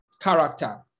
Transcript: character